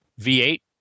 V8